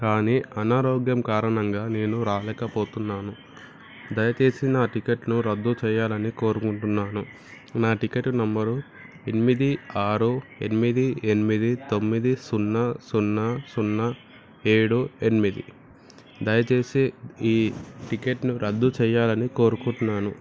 కానీ అనారోగ్యం కారణంగా నేను రాలేకపోతున్నాను దయచేసి నా టికెట్ను రద్దు చేయాలి అని కోరుకుంటున్నాను నా టికెట్ నెంబరు ఎనిమిది ఆరు ఎనిమిది ఎనిమిది తొమ్మిది సున్నా సున్నా సున్నా ఏడు ఎనిమిది దయచేసి ఈ టికెట్ను రద్దు చేయాలి అని కోరుకుంటున్నాను